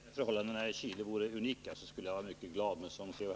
Herr talman! Om förhållandena i Chile vore unika, skulle jag vara mycket glad, men som C.-H.